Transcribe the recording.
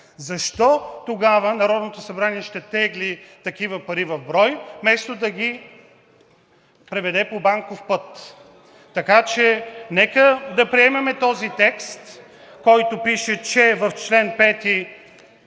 защо тогава Народното събрание ще тегли такива пари в брой, вместо да ги преведе по банков път? Така че нека да приемем този текст на чл. 5, в който пише, че заплатите